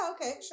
Okay